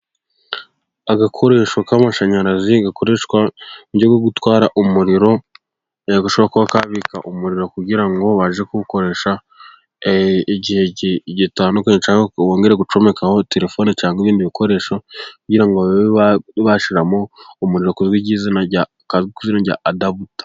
Agakoresho k'amashanyarazi gakoreshwa mu buryo bwo gutwara umuriro, gashobora kuba kabika umuriro kugira ngo baze kuwukoresha igihe gitandukanye cyangwa bongere gucomekaho terefone cyangwa ibindi bikoresho kugira ngo bashyiremo umuriro, kazwi ku izina rya adabuta.